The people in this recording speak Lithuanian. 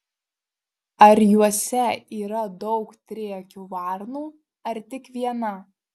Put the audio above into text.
ar juose yra daug triakių varnų ar tik viena